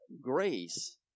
grace